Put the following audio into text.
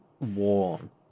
warm